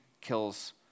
kills